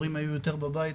ההורים היו יותר בבית,